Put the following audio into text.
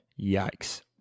Yikes